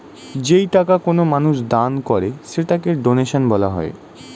যেই টাকা কোনো মানুষ দান করে সেটাকে ডোনেশন বলা হয়